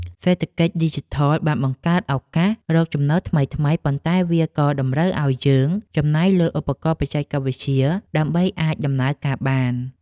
សេដ្ឋកិច្ចឌីជីថលបានបង្កើតឱកាសរកចំណូលថ្មីៗ ប៉ុន្តែវាក៏តម្រូវឱ្យយើងចំណាយលើឧបករណ៍បច្ចេកវិទ្យាដើម្បីអាចដំណើរការបាន។